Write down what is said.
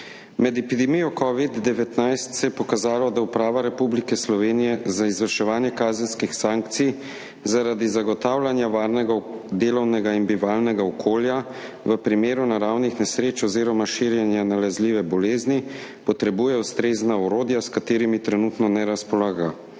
Med epidemijo covida-19 se je pokazalo, da Uprava Republike Slovenije za izvrševanje kazenskih sankcij zaradi zagotavljanja varnega delovnega in bivalnega okolja v primeru naravnih nesreč oziroma širjenja nalezljive bolezni potrebuje ustrezna orodja, s katerimi trenutno ne razpolaga.